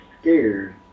scared